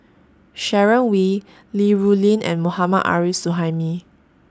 Sharon Wee Li Rulin and Mohammad Arif Suhaimi